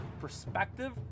perspective